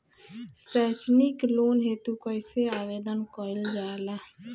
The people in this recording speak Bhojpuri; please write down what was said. सैक्षणिक लोन हेतु कइसे आवेदन कइल जाला?